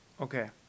okay